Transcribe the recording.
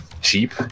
cheap